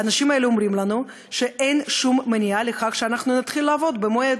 האנשים האלה אומרים לנו שאין שום מניעה שנתחיל לעבוד במועד.